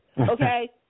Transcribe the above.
okay